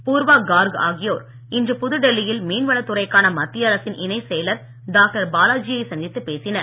பூர்வா கார்க் ஆகியோர் இன்று புதுடெல்லியில் மீன்வளத்துறைக்கான மத்திய அரசின் இணைச் செயலர் டாக்டர் பாலாஜியை சந்தித்து பேசினர்